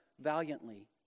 valiantly